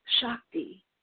shakti